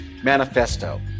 Manifesto